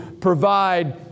provide